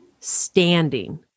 standing